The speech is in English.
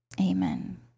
Amen